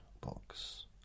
box